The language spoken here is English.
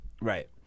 Right